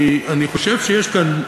אני חושב שיש כאן סיטואציה,